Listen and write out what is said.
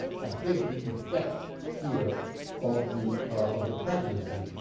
i think, the effect here of the of the pregnancy.